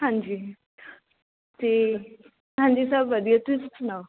ਹਾਂਜੀ ਅਤੇ ਹਾਂਜੀ ਸਭ ਵਧੀਆ ਤੁਸੀਂ ਸੁਣਾਓ